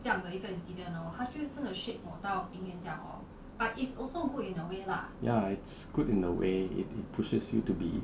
ya it's good in a way it it pushes you to be